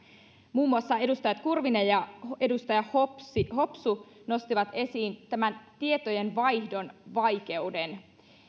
muun muassa edustaja kurvinen ja edustaja hopsu hopsu nostivat esiin tietojenvaihdon vaikeuden